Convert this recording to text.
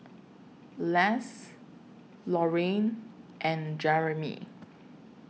Les Lorraine and Jeramy